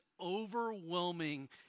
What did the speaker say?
overwhelming